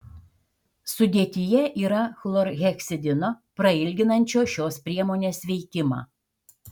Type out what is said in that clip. sudėtyje yra chlorheksidino prailginančio šios priemonės veikimą